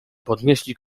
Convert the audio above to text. podnieśli